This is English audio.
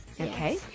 Okay